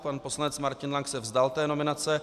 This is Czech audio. Pan poslanec Martin Lank se vzdal té nominace.